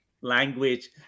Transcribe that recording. language